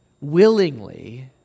willingly